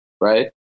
Right